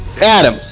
Adam